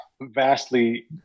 vastly